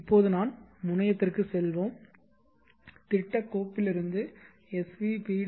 இப்போது நாம் முனையத்திற்குச் செல்வோம் திட்டக் கோப்பிலிருந்து svpwm